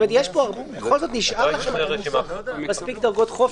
זאת אומרת, בכל זאת נשארות לכם מספיק דרגות חופש.